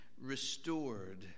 restored